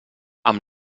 amb